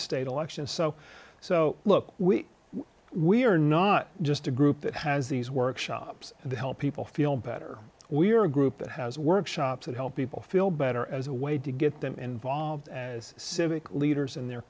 state elections so so look we we're not just a group that has these workshops to help people feel better we're a group that has workshops that help people feel better as a way to get them involved as civic leaders in their